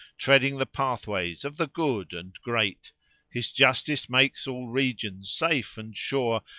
treading the pathways of the good and great his justice makes all regions safe and sure,